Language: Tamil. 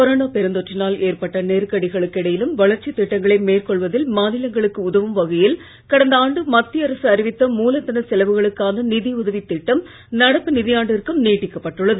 கொரோனா பெருந்தொற்றினால் ஏற்பட்ட நெருக்கடிகளுக்கு இடையிலும் வளர்ச்சித் திட்டங்களை மேற்கொள்வதில் மாநிலங்களுக்கு உதவும் வகையில் கடந்த ஆண்டு மத்திய அரசு அறிவித்த மூலதனச் செலவுகளுக்கான நிதி உதவித் திட்டம் நடப்பு நிதியாண்டிற்கும் நீட்டக்கப்பட்டுள்ளது